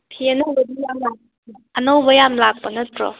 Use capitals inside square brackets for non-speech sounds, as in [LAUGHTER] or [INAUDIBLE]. ꯐꯤ ꯑꯅꯧꯕꯗꯤ ꯌꯥꯝ [UNINTELLIGIBLE] ꯑꯅꯧꯕ ꯌꯥꯝ ꯂꯥꯛꯄ ꯅꯠꯇ꯭ꯔꯣ